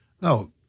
No